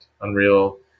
Unreal